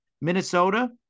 Minnesota